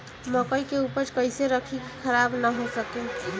मकई के उपज कइसे रखी की खराब न हो सके?